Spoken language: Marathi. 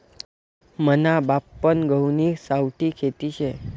मना बापपन गहुनी सावठी खेती शे